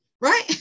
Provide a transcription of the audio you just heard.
Right